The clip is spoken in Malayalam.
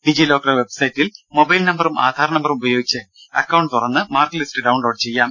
ഡിജിലോക്കർ വെബ്സൈറ്റിൽ മൊബൈൽ നമ്പറും ആധാർ നമ്പറും ഉപയോഗിച്ച് അക്കൌണ്ട് തുറന്ന് മാർക്ക്ലിസ്റ്റ് ഡൌൺലോഡ് ചെയ്യാം